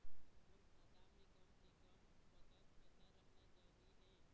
मोर खाता मे कम से से कम कतेक पैसा रहना जरूरी हे?